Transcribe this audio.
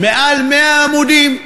יותר מ-100 עמודים.